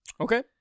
Okay